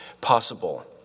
possible